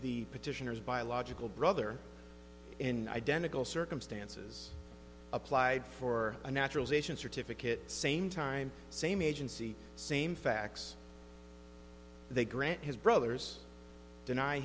the petitioner's biological brother in identical circumstances applied for a naturalization certificate same time same agency same facts they grant his brother's deny